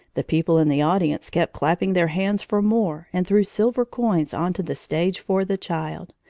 the people in the audience kept clapping their hands for more and threw silver coins on to the stage for the child,